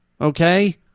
Okay